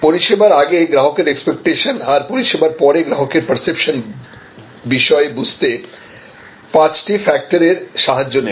পরিষেবার আগে গ্রাহকের এক্সপেক্টেশন আর পরিষেবার পরে গ্রাহকের পার্সেপশন বিষয়ে বুঝতে পাঁচটি ফ্যাক্টর এর সাহায্য নেব